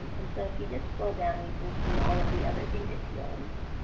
and so if you just scroll down you can see all of the other data fields,